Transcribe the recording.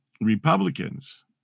Republicans